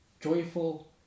joyful